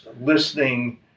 listening